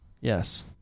Yes